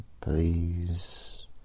Please